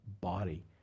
body